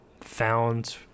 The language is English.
found